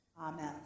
Amen